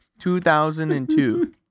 2002